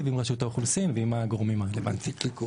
עם רשות האוכלוסין ועם הגורמים הרלוונטיים.